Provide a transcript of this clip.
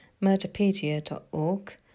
murderpedia.org